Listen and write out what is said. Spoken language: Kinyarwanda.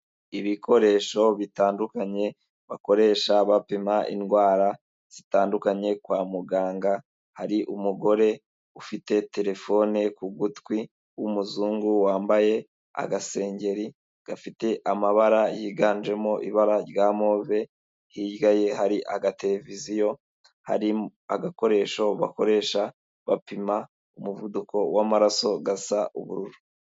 Ibikoresho bitandukanye bakoresha bapima indwara zitandukanye kwa muganga, hari umugore ufite terefone ku gutwi wumuzungu wambaye agasengeri gafite amabara yiganjemo ibara rya move hirya ye hari agateleviziyo harimo agakoresho bakoresha bapima umuvuduko w'amaraso gasa ubururu.